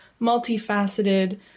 multifaceted